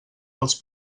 dels